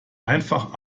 einfach